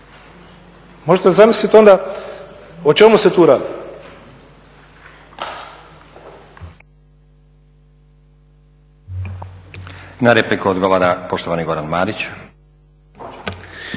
Možete li zamisliti onda o čemu se tu radi.